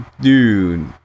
Dude